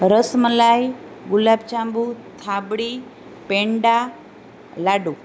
rasmalai gulab jamun thabdi peda લાડુ